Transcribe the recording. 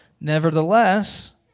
Nevertheless